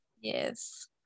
Yes